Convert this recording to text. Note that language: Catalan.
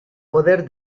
poder